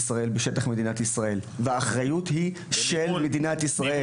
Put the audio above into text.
בשטח מדינת ישראל והאחריות היא של מדינת ישראל.